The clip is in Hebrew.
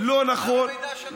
ההזמנה הזאת.